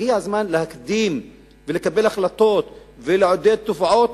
הגיע הזמן להקדים ולקבל החלטות ולעודד תופעות